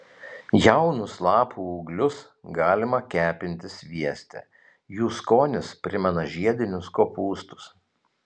jaunus lapų ūglius galima kepinti svieste jų skonis primena žiedinius kopūstus